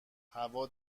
هوا